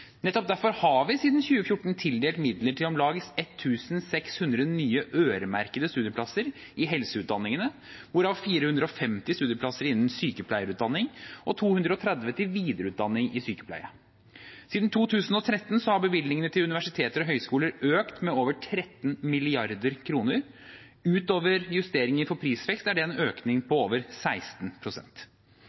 Nettopp derfor har vi siden 2014 tildelt midler til om lag 1 600 nye, øremerkede studieplasser i helseutdanningene, hvorav 450 studieplasser innen sykepleierutdanning og 230 innen videreutdanning i sykepleie. Siden 2013 har bevilgningene til universiteter og høyskoler økt med over 13 mrd. kr. Utover justeringer for prisvekst er det en økning på over